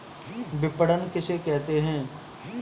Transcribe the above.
विपणन किसे कहते हैं?